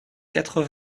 quatre